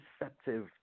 receptive